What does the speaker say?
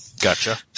Gotcha